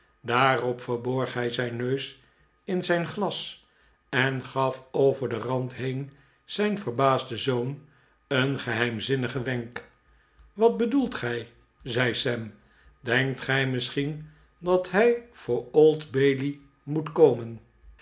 daarop verb org hij zijn neus in zijn glas en gaf over den rand heen zijn verbaasden zoon een geheimzinnigen wenk wat bedoelt gij zei sam denkt gij misschien dat hij voor old-bailey moet komen